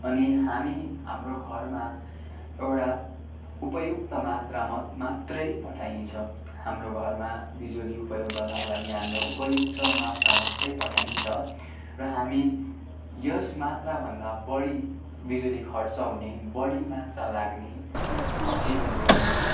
अनि हामी हाम्रो घरमा एउटा उपयुक्त मात्रा मात्रै पठाइन्छ हाम्रो घरमा बिजुली उपयोग गर्नको लागि हाम्रो उपयुक्त मात्रा मात्रै पठाइन्छ र हामी यस मात्राभन्दा बढी बिजुली खर्च हुने बढी मात्रा लाग्ने मसिनेरीहरू